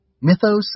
mythos